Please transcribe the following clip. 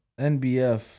NBF